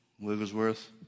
Wigglesworth